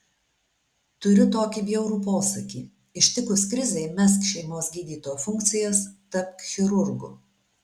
turiu tokį bjaurų posakį ištikus krizei mesk šeimos gydytojo funkcijas tapk chirurgu